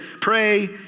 Pray